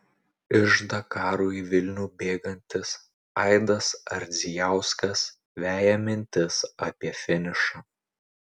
iš dakaro į vilnių bėgantis aidas ardzijauskas veja mintis apie finišą